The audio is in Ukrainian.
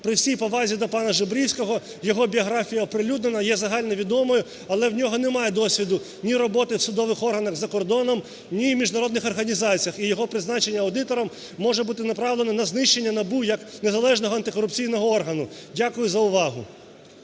При всій повазі до пана Жебрицького, його біографія оприлюднена, є загальновідомою, але у нього немає досвіду роботи ні роботи в судових органах за кордоном, ні в міжнародних організаціях. І його призначення аудитором може бути направлене на знищення НАБУ як незалежного антикорупційного органу. Дякую за увагу.